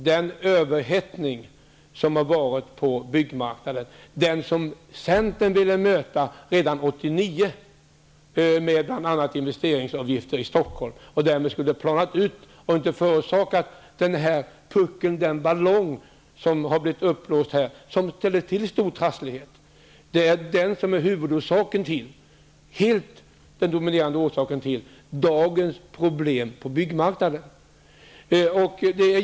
Den överhettning som varit på byggmarknaden ville vi i centern redan 1989 möta med bl.a. investeringsavgifter i Stockholm för att därmed medverka till en utplaning. På det sättet skulle vi inte ha haft den uppblåsta ballong som gör det så trassligt. Det är det här som är den helt dominerande orsaken till dagens problem på byggmarknaden.